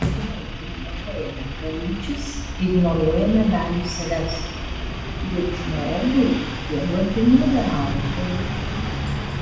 jei ignoruojame pojūčius ignoruojame dalį savęs juk žmogui jie duoti ne veltui